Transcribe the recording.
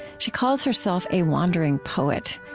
she calls herself a wandering poet.